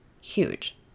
huge